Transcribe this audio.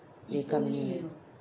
they coming late